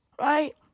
right